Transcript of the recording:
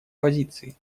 позиции